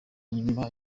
nyuma